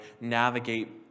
navigate